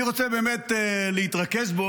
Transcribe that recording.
אני רוצה באמת להתרכז בו,